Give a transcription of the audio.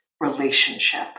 relationship